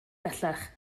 bellach